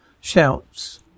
Shouts